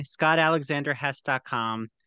scottalexanderhess.com